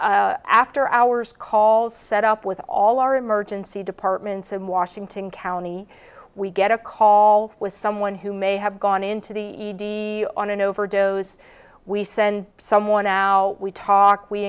after our first call set up with all our emergency departments in washington county we get a call with someone who may have gone into the on an overdose we send someone out we talk we